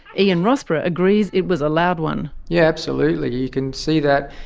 ian rossborough agrees it was a loud one. yeah absolutely. you can see that,